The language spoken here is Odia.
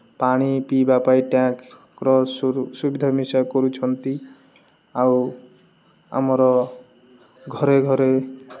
ପାଣି ପିଇବା ପାଇଁ ଟ୍ୟାଙ୍କ୍ର ସୁବିଧା ମିଶା କରୁଛନ୍ତି ଆଉ ଆମର ଘରେ ଘରେ